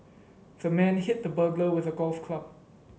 the man hit the burglar with a golf club